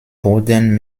wurden